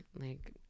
Like-